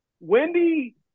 Wendy